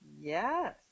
Yes